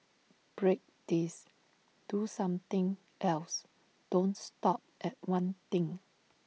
break this do something else don't stop at one thing